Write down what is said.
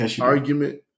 argument